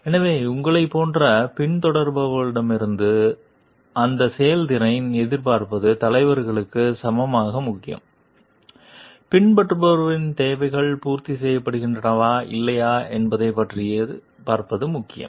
எனவே உங்களைப் போன்ற பின்தொடர்பவர்களிடமிருந்து அந்த செயல்திறனை எதிர்பார்ப்பது தலைவருக்கு சமமாக முக்கியம் பின்பற்றுபவரின் தேவைகள் பூர்த்தி செய்யப்படுகின்றனவா இல்லையா என்பதைப் பார்ப்பது முக்கியம்